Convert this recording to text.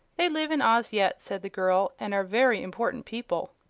they live in oz yet, said the girl, and are very important people.